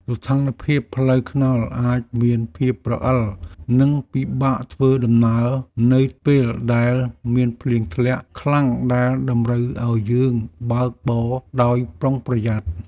ស្ថានភាពផ្លូវថ្នល់អាចមានភាពរអិល និងពិបាកធ្វើដំណើរនៅពេលដែលមានភ្លៀងធ្លាក់ខ្លាំងដែលតម្រូវឱ្យយើងបើកបរដោយប្រុងប្រយ័ត្ន។